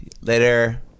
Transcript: Later